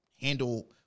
handle